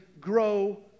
grow